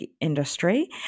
industry